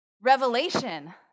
Revelation